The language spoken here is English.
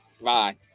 bye